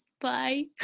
Bye